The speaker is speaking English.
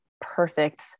perfect